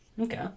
Okay